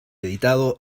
editado